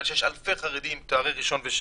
שיש אלפי חרדים עם תארים ראשון ושני.